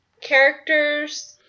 characters